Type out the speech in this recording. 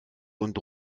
und